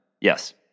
Yes